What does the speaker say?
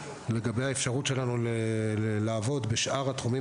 לגבי האפשרות שלנו לעבוד בשאר התחומים